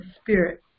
spirit